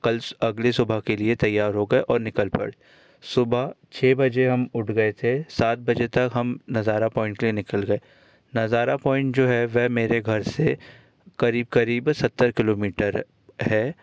कल अगली सुबह के लिए तैयार हो गए और निकल पड़े सुबह छः बजे हम उठ गए थे सात बजे तक हम नज़ारा पॉइंट के लिए निकल गए नज़ारा पॉइंट जो है वह मेरे घर से करीब करीब सत्तर किलोमीटर है